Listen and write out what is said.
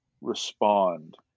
respond